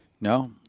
No